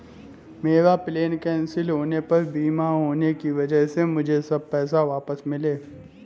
मेरा plane cancel होने पर बीमा होने की वजह से मुझे सब पैसे वापस मिले